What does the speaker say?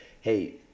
hey